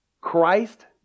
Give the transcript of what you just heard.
Christ